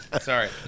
Sorry